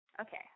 Okay